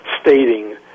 stating